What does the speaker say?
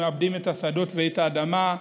מעבדים את השדות ואת האדמה,